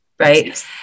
Right